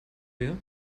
wir